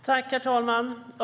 Herr talman!